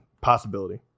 possibility